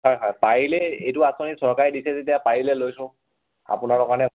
হয় হয় পাৰিলে এইটো আঁচনি চৰকাৰে দিছে যেতিয়া পাৰিলে লৈ থওক আপোনালোকৰ কাৰণে